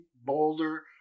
boulder